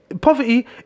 poverty